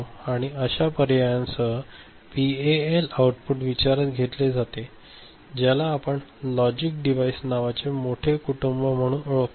आणि अशा पर्यायांसह पीएएल आऊटपुट विचारात घेतले जाते ज्याला आपण लॉजिक डिव्हाइस नावाचे मोठे कुटुंब म्हणून ओळखतो